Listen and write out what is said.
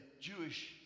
Jewish